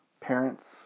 Parents